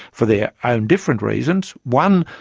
for their own different reasons, one,